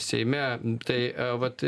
seime tai vat